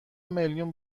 میلیون